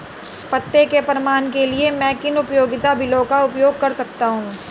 पते के प्रमाण के लिए मैं किन उपयोगिता बिलों का उपयोग कर सकता हूँ?